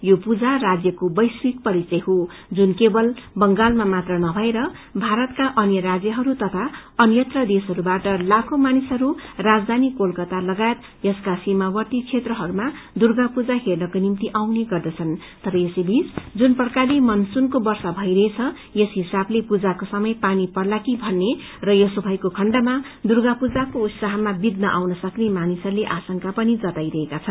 यो पूजा राज्यको वैश्विक परिचय हो जुन केवल बंगालमा मात्र नभएर भारतका अन्य राज्यहरू तथा अन्यत्र देशहरूबाट लाखौँ मानिसहरू राजधानी कलकता लगायत सीमावर्ती क्षेत्रहरूमा दुर्गा पूजा हेर्नको निम्ति आउँदछन् तर यस बीच जुन प्रकारले मनसूनको वर्षा भइरहेछ यस हिसाबले पूजाको समय पानी पर्ला भन्ने र यसो भएको खण्डमा दुर्गा पूजाको उत्साहमा विघ्न आउन सक्ने मानिसहरूले आशंका पनि जताइरहेका छन्